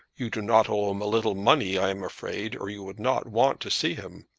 you do not owe him a little money, i am afraid, or you would not want to see him.